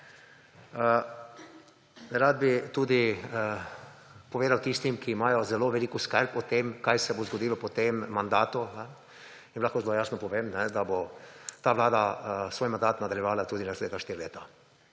Rad bi tudi povedal tistim, ki imajo zelo veliko skrb o tem, kaj se bo zgodilo po tem mandatu, jim lahko zelo jasno povem, da bo ta vlada svoj mandat nadaljevala tudi naslednja 4 leta.